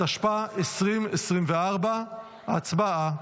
התשפ"ה 2024. הצבעה.